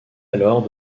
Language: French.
alors